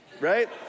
right